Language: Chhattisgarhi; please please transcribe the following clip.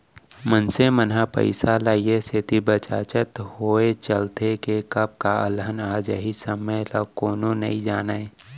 मनसे मन ह पइसा ल ए सेती बचाचत होय चलथे के कब का अलहन आ जाही समे ल कोनो नइ जानयँ